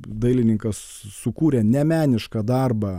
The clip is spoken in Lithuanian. dailininkas sukūrė ne menišką darbą